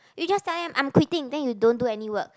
you just tell him I'm quitting then you don't do any work